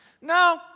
no